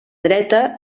dreta